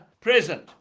present